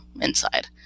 inside